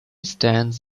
stands